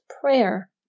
prayer